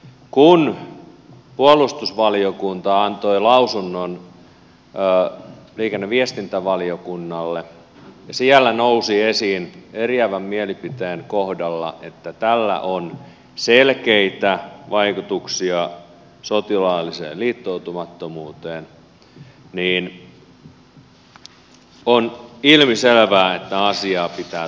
kun puolustusvaliokunta antoi lausunnon liikenne ja viestintävaliokunnalle siellä nousi esiin eriävän mielipiteen kohdalla että tällä on selkeitä vaikutuksia sotilaalliseen liittoutumattomuuteen joten on ilmiselvää että asiaa pitää tutkia enemmän